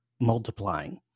multiplying